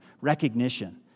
recognition